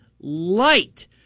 light